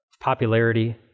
popularity